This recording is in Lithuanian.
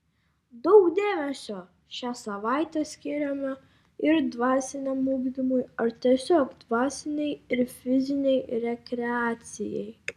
daug dėmesio šią savaitę skiriama ir dvasiniam ugdymui ar tiesiog dvasinei ir fizinei rekreacijai